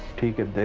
take it.